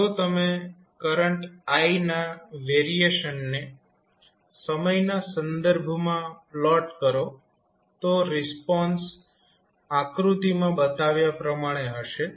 જો તમે current i ના વેરિએશન ને સમયના સંદર્ભમાં પ્લોટ કરો તો રિસ્પોન્સ આકૃતિમાં બતાવ્યા પ્રમાણે હશે